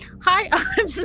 Hi